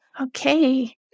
Okay